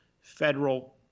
federal